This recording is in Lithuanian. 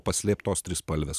paslėptos trispalvės